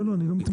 לא, לא.